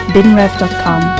BinRev.com